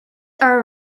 are